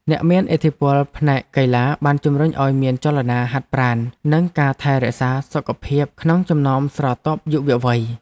អ្នកមានឥទ្ធិពលផ្នែកកីឡាបានជំរុញឱ្យមានចលនាហាត់ប្រាណនិងការថែរក្សាសុខភាពក្នុងចំណោមស្រទាប់យុវវ័យ។